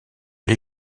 les